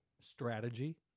Strategy